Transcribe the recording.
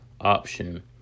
option